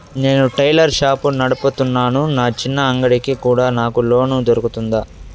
నేను tailor shop నడుపుతున్నాను, నా చిన్న అంగడి కి కూడా నాకు లోను దొరుకుతుందా?